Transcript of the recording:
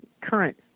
current